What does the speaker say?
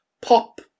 pop